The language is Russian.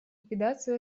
ликвидацию